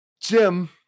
Jim